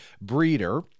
breeder